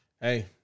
Hey